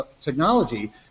technology